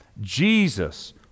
Jesus